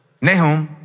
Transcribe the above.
Nehum